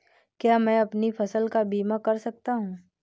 क्या मैं अपनी फसल का बीमा कर सकता हूँ?